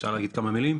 אפשר להגיד כמה מילים?